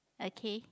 okay